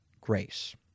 grace